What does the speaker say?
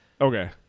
Okay